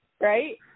right